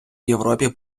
європі